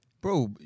Bro